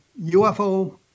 UFO